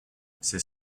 c’est